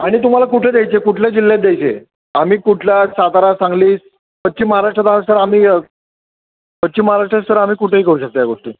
आणि तुम्हाला कुठे द्यायचे कुठल्या जिल्ह्यात द्यायचे आहे आम्ही कुठल्या सातारा सांगली पश्चिम महाराष्ट्रात आ सर आम्ही पश्चिम महाराष्ट्रात सर आम्ही कुठेही करू शकत आहे या गोष्टी